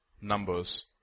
Numbers